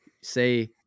say